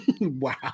Wow